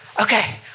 okay